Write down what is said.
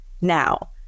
now